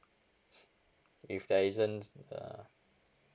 if there isn't err